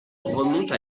remonte